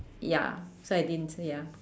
ya so I didn't so ya